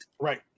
Right